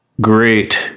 great